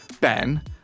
Ben